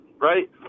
right